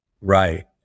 right